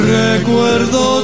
recuerdo